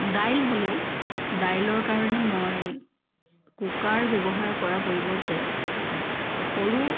দাইল হ'লেও দাইলৰ কাৰণে মই কুকাৰ ব্যৱহাৰ কৰাৰ পৰিৱৰ্তে সৰু